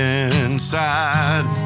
inside